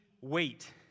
wait